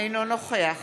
אינו נוכח